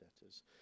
debtors